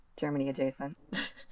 Germany-adjacent